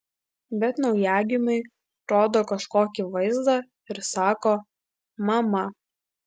bet naujagimiui rodo kažkokį vaizdą ir sako mama